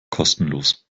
kostenlos